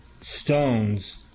stones